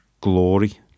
glory